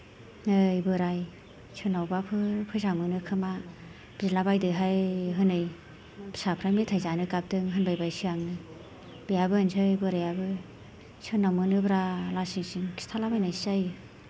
नै बोराय सोरनावबाफोर फैसा मोनोखोमा बिलाबायदो हाय हनै फिसाफ्रा मेथाइ जानो गाबदों होनबायबायसै आङो बेहाबो होनसै बोरायाबो सोरनाव मोनो ब्रा लासिं सिं खिथालाबायनायसो जायो